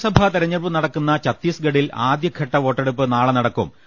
നിയമസഭാ തെരഞ്ഞെടുപ്പ് നടക്കുന്ന ഛത്തീസ്ഗഢിൽ ആദ്യ ഘട്ട വോട്ടെടുപ്പ് നാളെ നടക്കും